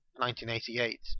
1988